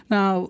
Now